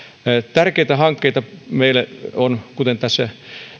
tärkeitä hankkeita meillä on kuten tässä